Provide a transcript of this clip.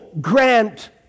grant